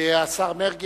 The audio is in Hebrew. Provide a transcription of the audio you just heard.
השר מרגי,